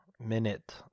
Minute